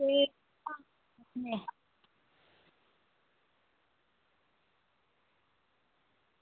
ठीक